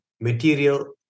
material